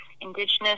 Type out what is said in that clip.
indigenous